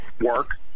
work